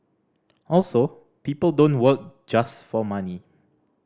also people don't work just for money